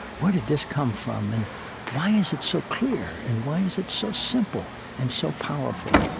where did this come from? and why is it so clear, and why is it so simple and so powerful?